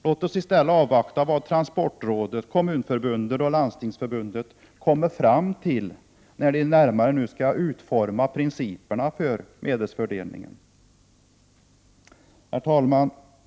Låt oss i stället avvakta vad transportrådet, Kommunförbundet och Landstingsförbundet kommer fram till när de närmare skall utforma principerna för medelsfördelningen. Herr talman!